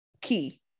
Key